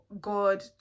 God